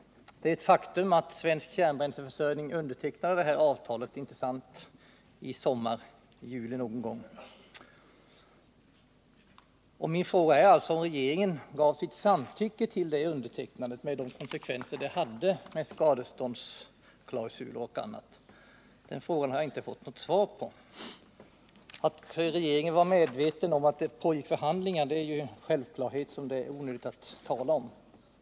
Det är ett faktum att Svensk Kärnbränsleförsörjning AB undertecknade detta avtal i somras, någon gång i juli. Min fråga är alltså om regeringen gav sitt samtycke till detta undertecknande, med de konsekvenser som skadeståndsklausuler och annat innebär. Den frågan har jag inte fått något svar på. Att regeringen var medveten om att förhandlingar pågick är en självklarhet som det är onödigt att tala om.